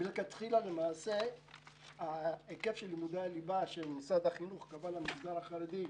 מלכתחילה היקף לימודי הליבה שקבע משרד החינוך למגזר החרדי,